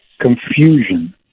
Confusion